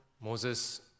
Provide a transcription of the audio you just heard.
Moses